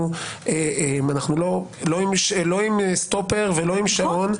אנחנו לא עם סטופר ולא עם שעון,